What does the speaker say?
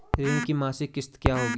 ऋण की मासिक किश्त क्या होगी?